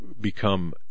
become